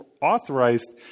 authorized